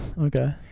Okay